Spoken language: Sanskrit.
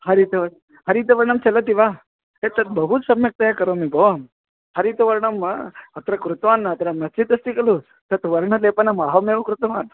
हरितवर्णः हरितवर्णः चलति वा एतत् बहु सम्यक्तया करोमि भोः हरितवर्णं अत्र कृतवान् अत्र क्वचित् अस्ति खलु तत् वर्णलेपनम् अहमेव कृतवान्